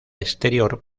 exterior